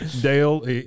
Dale